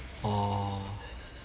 orh